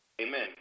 Amen